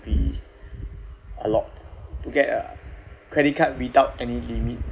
be a lot to get a credit card without any limit